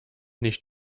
nicht